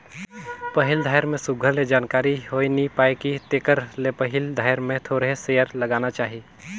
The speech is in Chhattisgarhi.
पहिल धाएर में सुग्घर ले जानकारी होए नी पाए कि तेकर ले पहिल धाएर में थोरहें सेयर लगागा चाही